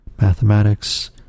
mathematics